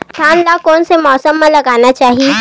धान ल कोन से मौसम म लगाना चहिए?